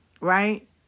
right